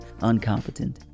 uncompetent